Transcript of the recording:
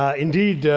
ah indeed, yeah